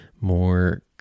more